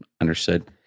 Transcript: understood